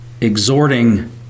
exhorting